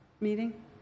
meeting